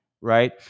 right